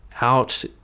out